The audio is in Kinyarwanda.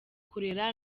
kurera